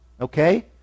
okay